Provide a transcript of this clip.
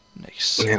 nice